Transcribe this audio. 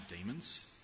demons